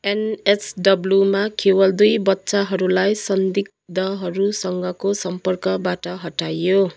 एनएसडब्ल्युमा केवल दुई बच्चाहरूलाई संदिग्धहरूसँगको सम्पर्कबाट हटाइयो